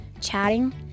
chatting